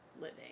living